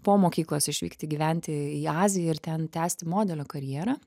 po mokyklos išvykti gyventi į aziją ir ten tęsti modelio karjerą